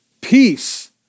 peace